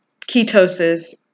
ketosis